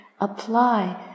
apply